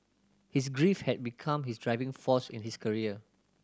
his grief had become his driving force in his career